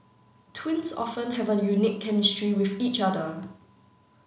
twins often have a unique chemistry with each other